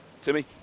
Timmy